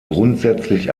grundsätzlich